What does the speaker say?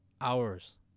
hours